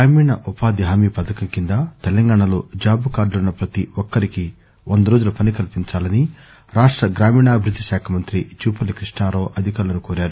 గ్రామీణ ఉపాధి హామీ పథకం కింద తెలంగాణాలో జాబు కార్డులున్న ప్రతి ఒక్కరికీ వంద రోజుల పని కల్పించాలని రాష్ట గ్రామీణాభివృద్దిశాఖ మంత్రి జుపల్లి కృష్ణారావు అధికారులను కోరారు